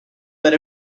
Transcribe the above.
that